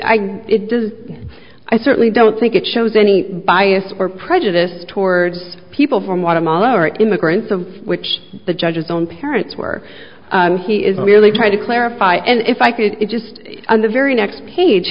does i certainly don't think it shows any bias or prejudice towards people from what i'm all or immigrants of which the judges don't parents were he is merely trying to clarify and if i could just on the very next page